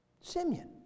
Simeon